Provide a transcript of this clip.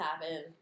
happen